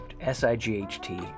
S-I-G-H-T